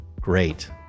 great